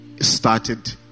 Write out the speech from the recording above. started